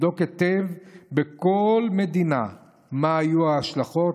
חייבים כיום לבדוק היטב בכל מדינה מה היו ההשלכות,